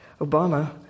Obama